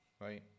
right